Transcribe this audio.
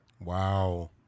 Wow